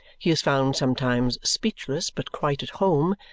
he is found sometimes, speechless but quite at home,